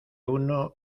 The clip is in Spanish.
uno